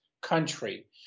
country